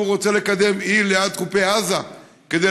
שהוא רוצה לקדם אי ליד חופי עזה כדי